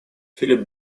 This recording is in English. philip